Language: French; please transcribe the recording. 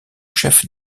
chef